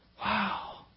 Wow